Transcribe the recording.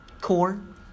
Corn